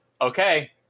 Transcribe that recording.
Okay